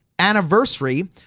anniversary